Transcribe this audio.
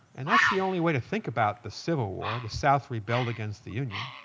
and that's the only way to think about the civil war the south rebelled against the union.